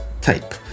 type